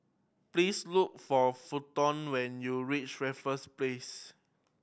please look for Fenton when you reach Raffles Place